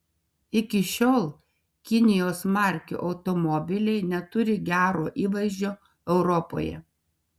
iki šiol kinijos markių automobiliai neturi gero įvaizdžio europoje